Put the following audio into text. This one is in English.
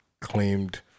claimed